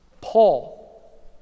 Paul